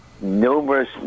numerous